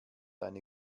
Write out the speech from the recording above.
eine